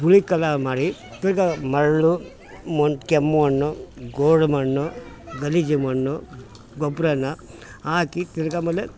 ಹುಳಿಕಲ ಮಾಡಿ ತಿರ್ಗಿ ಮರಳು ಮಣ್ ಕೆಮ್ಮಣ್ಣು ಗೋಡು ಮಣ್ಣು ಗಲೀಜು ಮಣ್ಣು ಗೊಬ್ರವನ್ನ ಹಾಕಿ ತಿರ್ಗಿ ಆಮೇಲೆ